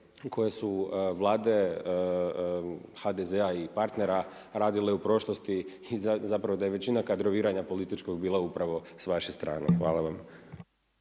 koje su Vlade HDZ-a i partnera radile u prošlosti i zapravo da je većina kadroviranja političkog bila upravo s vaše strane. Hvala vam.